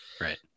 Right